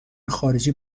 خارجی